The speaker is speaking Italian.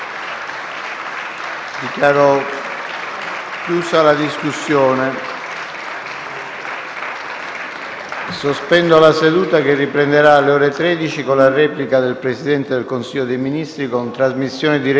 La seduta è ripresa.